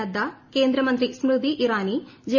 നദ്ദ കേന്ദ്രമന്ത്രി സ്മൃതി ഇറാനി ജെ